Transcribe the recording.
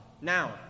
Now